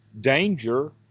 danger